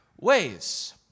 ways